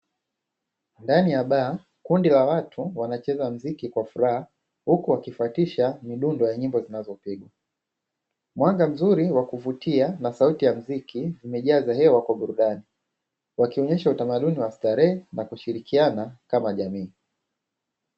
Ndani ya baa kundi la watu wanacheza muziki kwa furaha huku wakifuatisha midundo ya nyimbo zinazopigwa. Mwanga mzuri wa kuvutia na sauti ya muziki imejaza hewa kwa burudani wakionyesha utamaduni wa starehe na kushirikiana kama jamii.